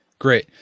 great.